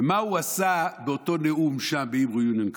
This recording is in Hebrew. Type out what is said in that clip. ומה הוא עשה באותו נאום שם בהיברו יוניון קולג'?